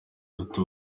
dufite